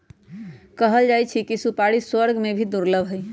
कहल जाहई कि सुपारी स्वर्ग में भी दुर्लभ हई